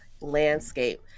landscape